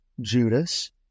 Judas